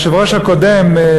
אולי היושב-ראש הקודם,